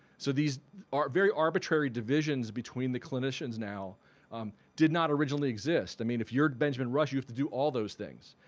so these um very arbitrary divisions between the clinicians now did not originally exist. i mean if you're benjamin rush you have to do all those things.